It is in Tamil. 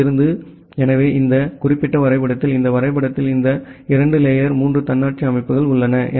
அங்கிருந்து எனவே இந்த குறிப்பிட்ட வரைபடத்தில் இந்த வரைபடத்தில் இந்த 2 லேயர் 3 தன்னாட்சி அமைப்புகள் உள்ளன